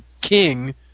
King